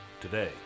today